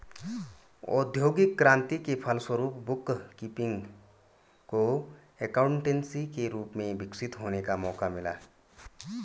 औद्योगिक क्रांति के फलस्वरूप बुक कीपिंग को एकाउंटेंसी के रूप में विकसित होने का मौका मिला